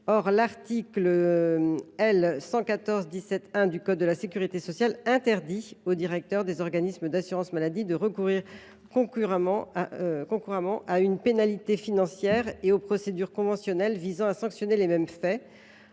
Or l’article L. 114 17 1 du code de la sécurité sociale interdit aux directeurs des organismes d’assurance maladie de recourir concurremment à une pénalité financière et aux procédures conventionnelles visant à sanctionner les mêmes faits.